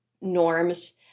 norms